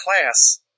class